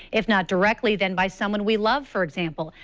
if not directly, then by someone we love, for example.